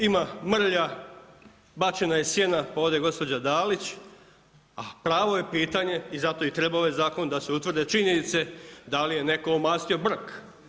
Ima mrlja, bačena je sjena, pa ode gospođa Dalić, a pravo je pitanje i zato i treba ovaj Zakon da se utvrde činjenice da li je netko omastio brk.